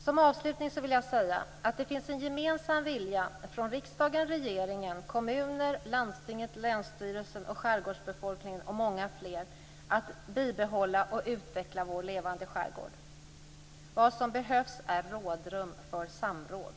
Som avslutning vill jag säga att det finns en gemensam vilja från riksdagen, regeringen, kommuner, landstinget, länsstyrelsen, skärgårdsbefolkningen och många fler att bibehålla och utveckla vår levande skärgård. Vad som behövs är rådrum för samråd.